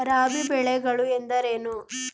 ರಾಬಿ ಬೆಳೆಗಳು ಎಂದರೇನು?